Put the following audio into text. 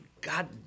God